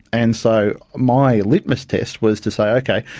and so my litmus test was to say, okay,